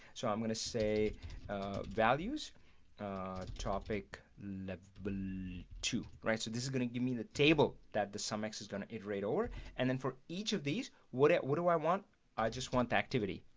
so i'm gonna say values topic left to right so this is gonna give me the table that the sum x is gonna iterate over and then for each of these what what do i want i just want the activity?